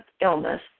illness